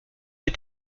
est